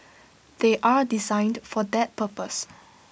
they are designed for that purpose